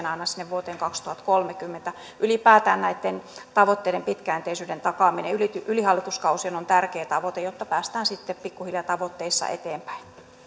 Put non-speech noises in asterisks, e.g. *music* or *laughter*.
*unintelligible* aina sinne vuoteen kaksituhattakolmekymmentä ylipäätään näitten tavoitteiden pitkäjänteisyyden takaaminen yli hallituskausien on tärkeä tavoite jotta päästään sitten pikkuhiljaa tavoitteissa eteenpäin